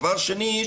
דבר שני,